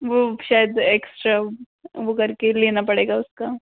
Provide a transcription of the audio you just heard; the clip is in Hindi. वो शायद एक्स्ट्रा वो कर के लेना पड़ेगा उसका